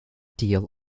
deal